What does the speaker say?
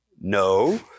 No